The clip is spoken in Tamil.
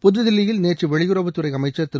புதுதில்லியில் நேற்று வெளியுறவுத்துறை அமைச்சர் திரு